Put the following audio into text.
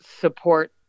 support